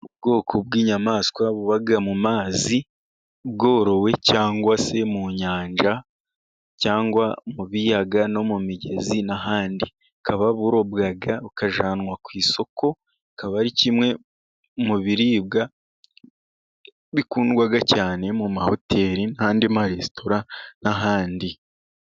Ubwoko bw'inyamaswa buba mu mazi, bworowe cyangwa se mu nyanja, cyangwa mu biyaga no mu migezi n'ahandi , bukaba burobwa bukajyanwa ku isoko, akaba ari kimwe mu biribwa bikundwa cyane, mu mahoteli n'andi maresitora n'ahandi.